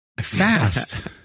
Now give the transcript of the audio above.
Fast